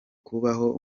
kubaho